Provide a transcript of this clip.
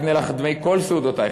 יהיבנא לך דמי כולה סעודתיך,